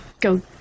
go